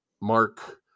Mark